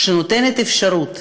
שנותנת אפשרות